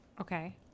Okay